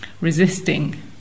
resisting